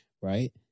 Right